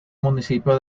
municipio